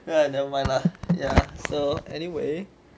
ya never mind lah ya so anyway